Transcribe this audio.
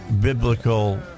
biblical